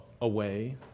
away